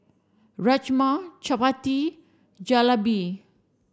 Rajma Chapati Jalebi